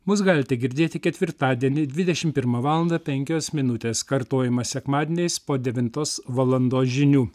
mus galite girdėti ketvirtadienį dvidešimt pirmą valandą penkios minutės kartojama sekmadieniais po devintos valandos žinių